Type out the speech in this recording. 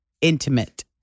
intimate